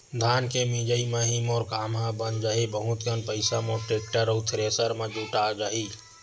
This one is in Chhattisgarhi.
धान के मिंजई म ही मोर काम ह बन जाही बहुत कन पईसा मोर टेक्टर अउ थेरेसर के छुटा जाही